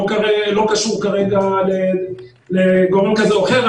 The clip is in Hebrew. לא קשור כרגע לגורם כזה או אחר.